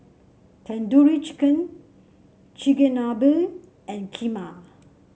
Tandoori Chicken Chigenabe and Kheema